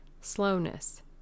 slowness